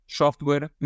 software